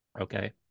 Okay